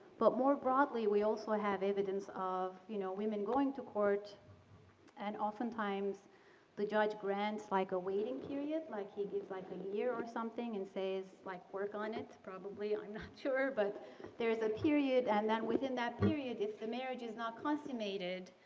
but more broadly, we also have evidence of, you know, women going to court and oftentimes the judge grants like a waiting period. like he gives like a year or something and says like work on it, it's probably, i'm not sure but there is a period. and then within that period, if the marriage is not consummated,